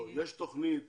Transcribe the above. יש תוכנית